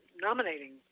nominating